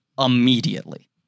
immediately